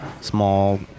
small